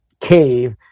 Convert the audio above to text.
cave